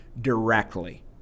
directly